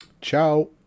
Ciao